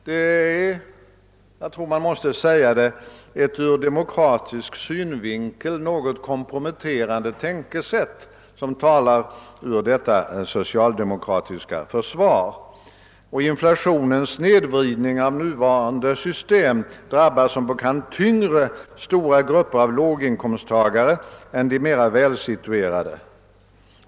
Det är — jag tror man måste säga det — ett ur demokratisk synvinkel något komprometterande tänkesätt som kommer till uttryck i detta socialdemokratiska försvar. Och inflationens snedvridning av nuvarande system drabbar som bekant tyngre stora grupper av låginkomsttagare än de mera välsituerade.